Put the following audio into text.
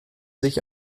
sich